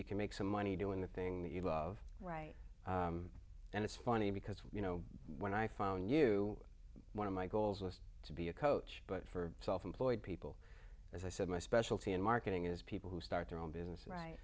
you can make some money doing the thing that you love right and it's funny because you know when i found you one of my goals was to be a coach but for self employed people as i said my specialty in marketing is people who start their own business right